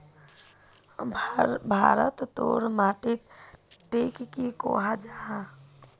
भारत तोत माटित टिक की कोहो जाहा?